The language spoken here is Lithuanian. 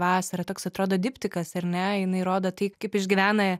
vasarą toks atrodo diptikas ar ne jinai rodo tai kaip išgyvena